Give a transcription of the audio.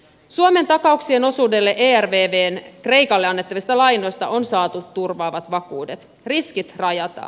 suomen takauksien osuudelle ervvn kreikalle annettavista lainoista on saatu turvaavat vakuudet riskit rajataan